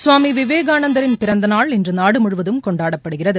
சுவாமி விவேகானந்தரின் பிறந்தநாள் இன்று நாடு முழுவதும் கொண்டாடப்படுகிறது